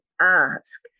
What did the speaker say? ask